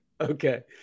Okay